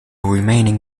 remaining